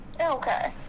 okay